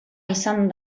izan